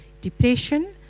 depression